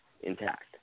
intact